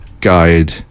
guide